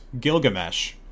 Gilgamesh